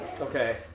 Okay